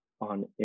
on